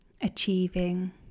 achieving